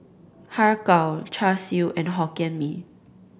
Har Kow Char Siu and Hokkien Mee